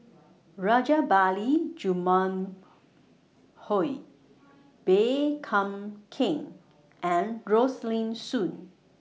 Rajabali Jumabhoy Baey calm Keng and Rosaline Soon